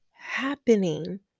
Happening